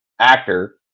actor